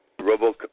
Robo